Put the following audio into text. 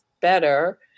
better